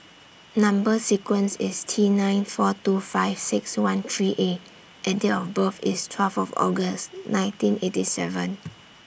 Number sequence IS T nine four two five six one three A and Date of birth IS twelve of August nineteen eighty seven